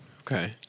Okay